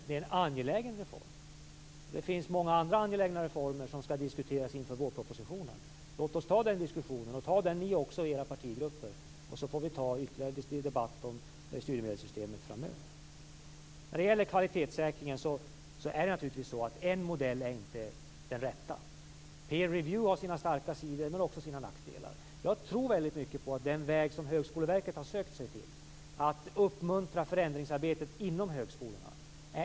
Det är en angelägen reform. Det finns många andra angelägna reformer som skall diskuteras inför vårpropositionen. Låt oss ta den diskussionen, och ta den ni också i era partigrupper. Så får vi ta ytterligare en debatt om studiemedelssystemet framöver. I fråga om kvalitetssäkringen är en modell inte den rätta. Peer review har sina starka sidor, men också sina nackdelar. Jag tror mycket på den väg Högskoleverket har sökt sig till, nämligen att uppmuntra förändringsarbetet inom högskolorna.